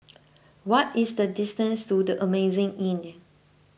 what is the distance to the Amazing Inn